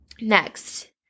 Next